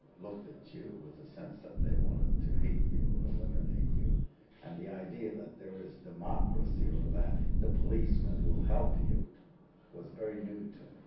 looked at you with a sense that they wanted to hate you or eliminate you and the idea that there is democracy or that the policeman will help you was very new to